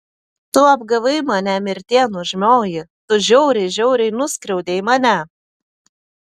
tu apgavai mane mirtie nuožmioji tu žiauriai žiauriai nuskriaudei mane